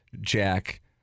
Jack